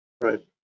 Right